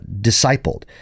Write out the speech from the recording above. discipled